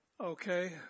Okay